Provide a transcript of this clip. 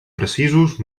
precisos